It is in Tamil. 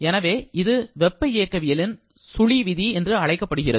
எனவே இது வெப்ப இயக்கவியல் சுழி விதி என்று அழைக்கப்படுகிறது